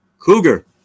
Cougar